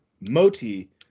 Moti